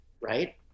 Right